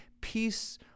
peace